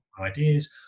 ideas